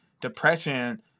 depression